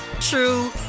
true